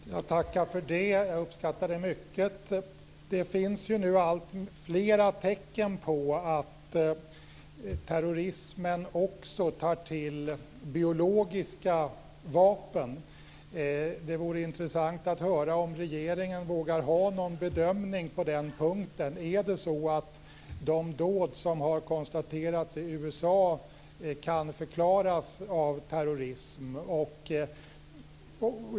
Fru talman! Jag tackar för det. Jag uppskattar det mycket. Det finns nu alltfler tecken på att terrorismen också tar till biologiska vapen. Det vore intressant att höra om regeringen vågar ha någon bedömning på den punkten. Är det så att de dåd som har konstaterats i USA kan förklaras med terrorism?